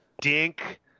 Dink